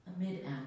Amid